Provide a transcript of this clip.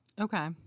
Okay